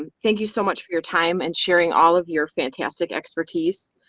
and thank you so much for your time and sharing all of your fantastic expertise.